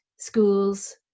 schools